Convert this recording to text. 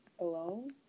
alone